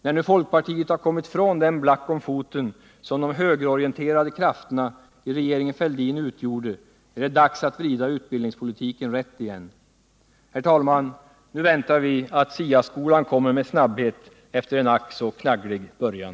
När nu folkpartiet har kommit från den black om foten som de högerorienterade krafterna i regeringen Fälldin utgjorde, är det dags att vrida utbildningspolitiken rätt igen. Herr talman! Nu väntar vi att SIA-skolan kommer med snabbhet efter en ack så knagglig början.